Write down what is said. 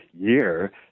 year